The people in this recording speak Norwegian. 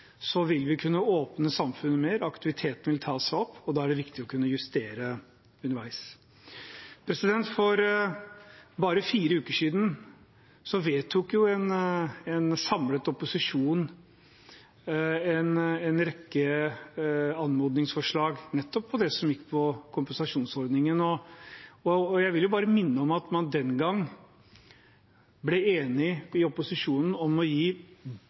vil vi kunne åpne samfunnet mer, aktiviteten vil ta seg opp. Da er det viktig å kunne justere underveis. For bare fire uker siden vedtok en samlet opposisjon en rekke anmodningsforslag som nettopp gikk på kompensasjonsordningen. Jeg vil bare minne om at man den gang ble enig i opposisjonen om å gi